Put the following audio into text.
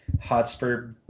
hotspur